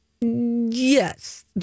Yes